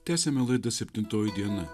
tęsiame laidą septintoji diena